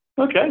Okay